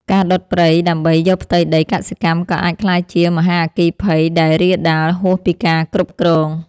ការដុតព្រៃដើម្បីយកផ្ទៃដីកសិកម្មក៏អាចក្លាយជាមហាអគ្គីភ័យដែលរាលដាលហួសពីការគ្រប់គ្រង។